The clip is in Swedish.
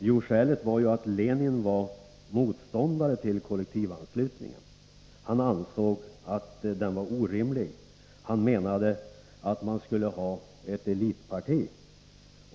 Jo, skälet var att Lenin var motståndare till kollektivanslutning. Han ansåg att den var orimlig. Han menade att man skulle ha ett elitparti.